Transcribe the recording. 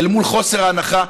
נגמר הזמן.